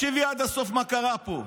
תקשיבי עד הסוף מה קרה פה.